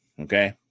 Okay